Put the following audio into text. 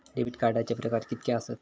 Debit कार्डचे प्रकार कीतके आसत?